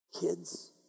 kids